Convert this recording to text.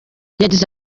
yagize